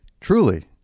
truly